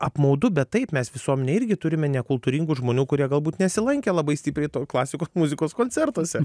apmaudu bet taip mes visuomenėj irgi turime nekultūringų žmonių kurie galbūt nesilankė labai stipriai klasikos muzikos koncertuose